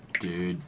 Dude